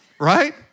right